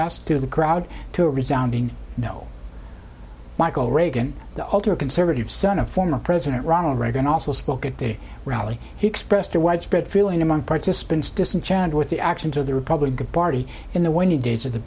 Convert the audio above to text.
asked to the crowd to a resounding no michael reagan the ultra conservative son of former president ronald reagan also spoke at the rally he expressed a widespread feeling among participants disenchanted with the actions of the republican party in the